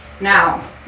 Now